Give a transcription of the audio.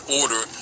order